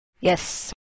Yes